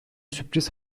sürpriz